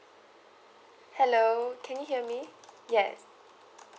hello can you hear me yes